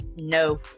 no